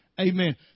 Amen